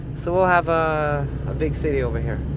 so i'll have a big city over here.